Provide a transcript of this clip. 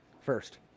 First